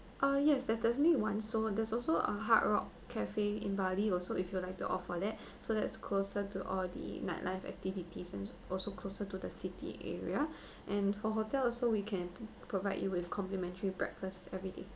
ah yes that's definitely one so there's also a hard rock cafe in bali also if you like the opt for that so that's closer to all the nightlife activities and also closer to the city area and for hotel also we can po~ provide you with complimentary breakfast everyday